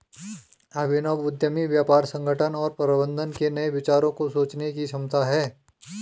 अभिनव उद्यमी व्यापार संगठन और प्रबंधन के नए विचारों को सोचने की क्षमता है